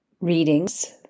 readings